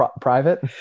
private